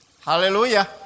Hallelujah